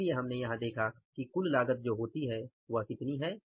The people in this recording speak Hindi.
इसलिए हमने यहां देखा कि कुल लागत जो होती है वह कितनी है